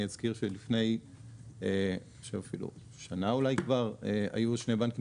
אני אזכיר שלפני שנה אולי היו שני בנקים